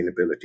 sustainability